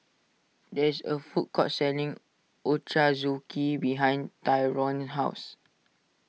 there is a food court selling Ochazuke behind Tyrone's house